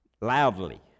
loudly